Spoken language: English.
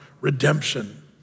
redemption